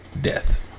death